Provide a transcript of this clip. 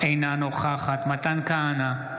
אינה נוכחת מתן כהנא,